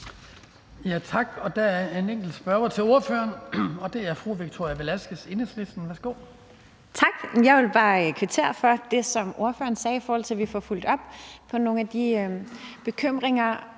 Tak. Jeg vil bare kvittere for det, ordføreren sagde, om, at vi får fulgt op på nogle af bekymringer,